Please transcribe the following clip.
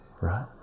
right